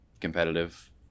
competitive